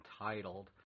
entitled